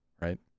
right